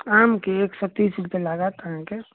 आमके एक सए तीस रुपए लागत अहाँके